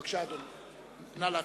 בבקשה, אדוני, נא להציג.